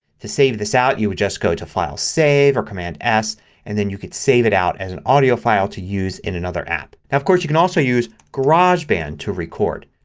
to save this out you would just go to file, save or command s and then you can save it out as an audio file to use in another app. of course you can also use garageband to record.